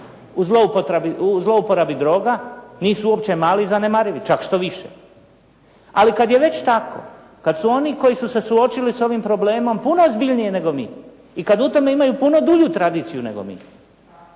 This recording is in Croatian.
u zlouporabi droga nisu uopće mali, zanemarivi čak štoviše. Ali kad je već tako, kad su oni koji su se suočili s ovim problemom puno ozbiljnije nego mi, i kad u tome imaju puno dulju tradiciju nego mi,